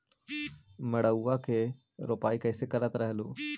मड़उआ की रोपाई कैसे करत रहलू?